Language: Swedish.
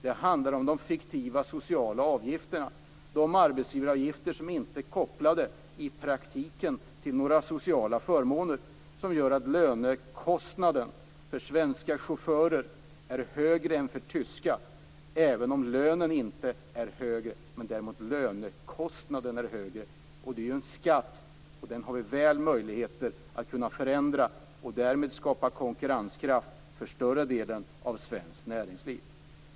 Det handlar om de fiktiva sociala avgifterna, dvs. de arbetsgivaravgifter som i praktiken inte är kopplade till några sociala förmåner. De gör att lönekostnaden för svenska chaufförer är högre än för tyska, även om lönen inte är högre. Det är alltså lönekostnaden som är högre, och det är ju en skatt. Vi har stora möjligheter att kunna förändra den. Därmed skulle vi kunna skapa en bättre konkurrenskraft för större delen av det svenska näringslivet.